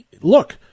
look